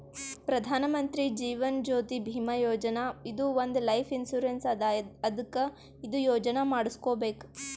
ಪ್ರಧಾನ್ ಮಂತ್ರಿ ಜೀವನ್ ಜ್ಯೋತಿ ಭೀಮಾ ಯೋಜನಾ ಇದು ಒಂದ್ life insurance ಅದಾ ಅದ್ಕ ಇದು ಯೋಜನಾ ಮಾಡುಸ್ಕೊಬೇಕ್